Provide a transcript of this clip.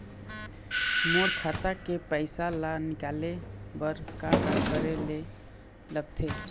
मोर खाता के पैसा ला निकाले बर का का करे ले लगथे?